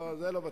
זה לא בטוח.